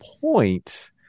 point